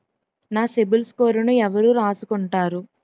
నా సిబిల్ స్కోరును ఎవరు రాసుకుంటారు